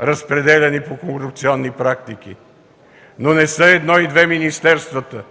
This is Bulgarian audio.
разпределяни по корупционни практики. Но не са едно и две министерствата,